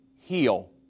heal